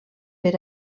per